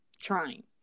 trying